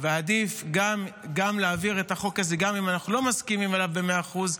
ועדיף להעביר את החוק הזה גם אם אנחנו לא מסכימים עליו במאה אחוז,